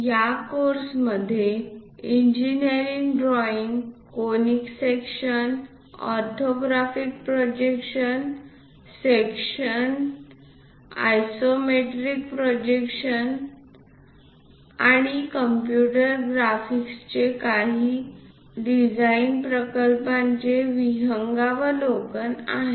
या कोर्समध्ये engineering drawing conic sections orthographic projection sections isometric projection engineering drawings conic sections orthographic projections sections isometric projectionsआणि computer ग्राफिक्सचे आणि काही डिझाइन प्रकल्पांचे विहंगावलोकन आहेत